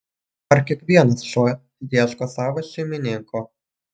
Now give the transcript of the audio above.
ar kiekvienas šuo ieško savo šeimininko